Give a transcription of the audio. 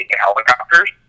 helicopters